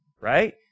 right